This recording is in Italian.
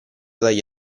dagli